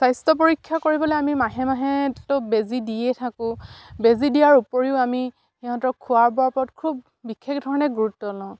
স্বাস্থ্য পৰীক্ষা কৰিবলে আমি মাহে মাহেটো বেজী দিয়ে থাকোঁ বেজী দিয়াৰ উপৰিও আমি সিহঁতৰ খোৱা বোৱাৰ ওপৰত খুব বিশেষ ধৰণে গুৰুত্ব লওঁ